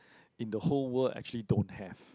in the whole world actually don't have